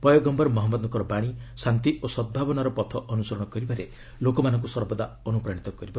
ପୟଗମ୍ଭର ମହମ୍ମଦଙ୍କ ବାଣୀ ଶାନ୍ତି ଓ ସଦ୍ଭାବନାର ପଥ ଅନ୍ତସରଣ କରିବାରେ ସଲୋକମାନଙ୍କ ସର୍ବଦା ଅନୁପ୍ରାଣିତ କରିବ